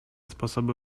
sposoby